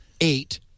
eight